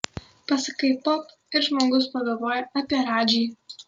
pasakai pop ir žmogus pagalvoja apie radžį